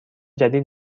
جدید